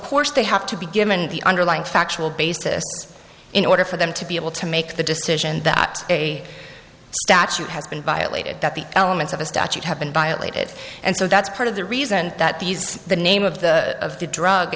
course they have to be given the underlying factual basis in order for them to be able to make the decision that a statute has been violated that the elements of a statute have been violated and so that's part of the reason that these the name of the of the drug